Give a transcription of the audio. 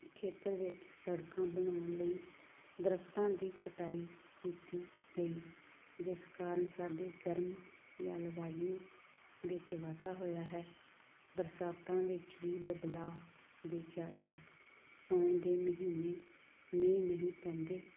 ਖੇਤਰ ਵਿੱਚ ਸੜਕਾਂ ਬਣਾਉਣ ਲਈ ਦਰਖਤਾਂ ਦੀ ਕਟਾਈ ਕੀਤੀ ਗਈ ਜਿਸ ਕਾਰਨ ਸਾਡੇ ਗਰਮ ਜਲਵਾਯੂ ਵਿੱਚ ਵਾਧਾ ਹੋਇਆ ਹੈ ਬਰਸਾਤਾਂ ਵਿੱਚ ਵੀ ਬਦਲਾਅ ਦੇਖਿਆ ਗਿਆ ਸਾਉਣ ਦੇ ਮਹੀਨੇ ਮੀਂਹ ਨਹੀਂ ਪੈਂਦੇ